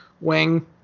Wing